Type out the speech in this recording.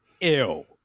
Ew